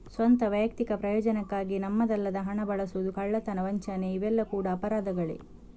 ಸ್ವಂತ, ವೈಯಕ್ತಿಕ ಪ್ರಯೋಜನಕ್ಕೆ ನಮ್ಮದಲ್ಲದ ಹಣ ಬಳಸುದು, ಕಳ್ಳತನ, ವಂಚನೆ ಇವೆಲ್ಲ ಕೂಡಾ ಅಪರಾಧಗಳೇ